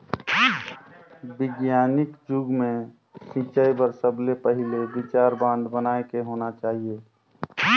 बिग्यानिक जुग मे सिंचई बर सबले पहिले विचार बांध बनाए के होना चाहिए